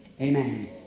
amen